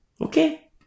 Okay